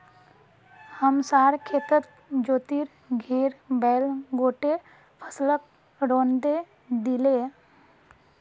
हमसार खेतत ज्योतिर घेर बैल गोट्टे फसलक रौंदे दिले